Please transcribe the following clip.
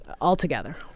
altogether